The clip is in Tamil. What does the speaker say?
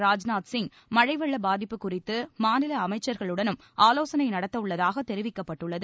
ராஜ்நாத் சிங் மழை வெள்ள பாதிப்பு குறித்து மாநில அமைச்சர்களுடனும் ஆலோசனை நடத்தவுள்ளதாக தெரிவிக்கப்பட்டுள்ளது